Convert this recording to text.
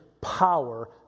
power